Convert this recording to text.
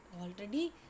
already